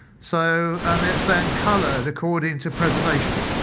so and it's then colored according to preservation.